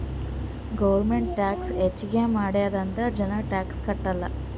government tax ಹೆಚ್ಚಿಗ್ ಮಾಡ್ಯಾದ್ ಅಂತ್ ಜನ ಟ್ಯಾಕ್ಸ್ ಕಟ್ಟಲ್